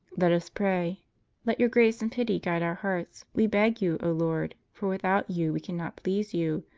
let us pray let your grace and pity guide our hearts, we beg you, o lord. for without you we cannot please you.